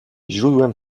źródłem